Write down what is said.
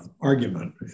argument